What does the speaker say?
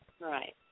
right